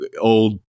old